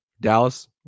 Dallas